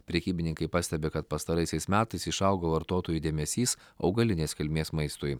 prekybininkai pastebi kad pastaraisiais metais išaugo vartotojų dėmesys augalinės kilmės maistui